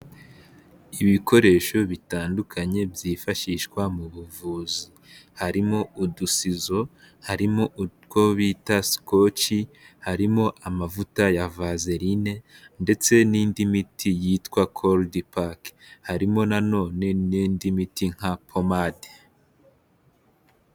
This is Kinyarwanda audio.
Ibikoresho bitandukanye byifashishwa mu buvuzi, Harimo udusizo, harimo utwo bita sikoci, harimo amavuta ya vazerine, ndetse n'indi miti yitwa cold pack. Harimo nanone n'indi miti nka pomade.